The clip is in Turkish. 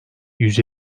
yüz